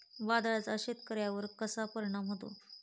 वादळाचा शेतकऱ्यांवर कसा परिणाम होतो?